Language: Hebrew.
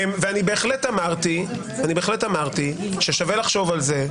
אני בהחלט אמרתי ששווה לחשוב על זה.